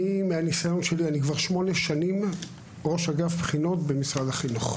מהניסיון שלי אני כבר שמונה שנים ראש אגף בחינות במשרד החינוך.